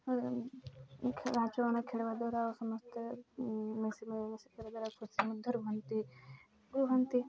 ପାଞ୍ଚ ଜଣ ଖେଳିବା ଦ୍ୱାରା ସମସ୍ତେ ମିଶି ମିଳିମିଶି ଖେଳିବା ଦ୍ୱାରା ଖୁସି ମଧ୍ୟରୁ ରୁହନ୍ତି ରୁହନ୍ତି